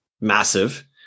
massive